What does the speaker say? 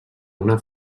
una